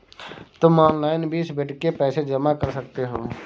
तुम ऑनलाइन भी इस बेड के पैसे जमा कर सकते हो